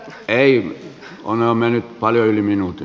ei on mennyt jo paljon yli minuutin